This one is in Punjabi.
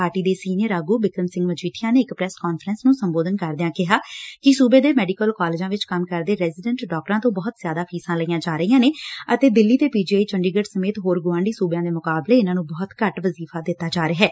ਪਾਰਟੀ ਦੇ ਸੀਨੀਅਰ ਆਗੁ ਬਿਕਰਮ ਸੀਘ ਮਜੀਠਿਆ ਨੇ ਇਕ ਧ੍ਰੈਸ ਕਾਨਫਰੰਸ ਨੂੰ ਸੰਬੋਧਨ ਕਰਦਿਆ ਕਿਹਾ ਕਿ ਸੁਬੇ ਦੇ ਮੈਡੀਕਲ ਕਾਲਜਾਂ ਵਿਚ ਕੰਮ ਕਰਦੇ ਰੈਜੀਡੈਂਟ ਡਾਕਟਰਾਂ ਤੋਂ ਬਹੁਤ ਜ਼ਿਆਦਾ ਫੀਸਾਂ ਲਈਆਂ ਜਾ ਰਹੀਆਂ ਨੇ ਅਤੇ ਦਿੱਲੀ ਤੇ ਪੀ ਜੀ ਆਈ ਚੰਡੀਗੜ੍ ਸਮੇਤ ਹੋਰ ਗੁਆਂਢੀ ਸੂਬਿਆਂ ਦੇ ਮੁਕਾਬਲੇ ਇਨ੍ਸਾਂ ਨੂੰ ਬਹੁਤ ਘੱਟ ਵਜ਼ੀਫ਼ਾ ਦਿੱਤਾ ਜਾ ਰਿਹੈ